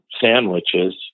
sandwiches